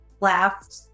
laughed